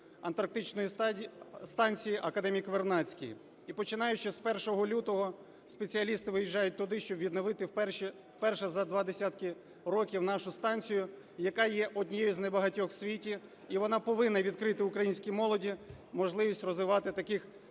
антарктичної станції "Академік Вернадський". І починаючи з 1 лютого спеціалісти виїжджають туди, щоб відновити, вперше за два десятки років, нашу станцію, яка є однією з небагатьох в світі, і вона повинна відкрити українській молоді можливість розвивати таких передових